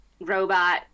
robot